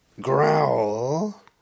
growl